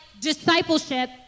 discipleship